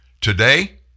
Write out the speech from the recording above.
Today